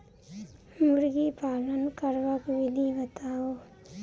मुर्गी पालन करबाक विधि बताऊ?